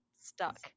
stuck